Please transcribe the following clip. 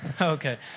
Okay